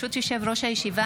ברשות יושב-ראש הישיבה,